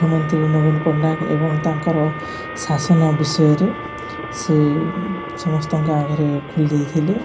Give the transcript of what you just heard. ମୁଖ୍ୟମନ୍ତ୍ରୀ ନବୀନ ପଟ୍ଟନାୟକ ଏବଂ ତାଙ୍କର ଶାସନ ବିଷୟରେ ସେ ସମସ୍ତଙ୍କ ଆଗରେ ଖୋଲି ଦେଇଥିଲେ